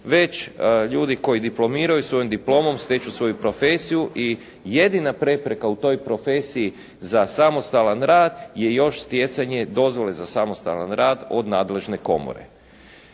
već ljudi koji diplomiraju svojom diplomom stječu svoju profesiju i jedina prepreka u toj profesiji za samostalan rad je još stjecanje dozvole za samostalan rad od nadležne komore.